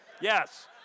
Yes